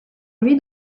lui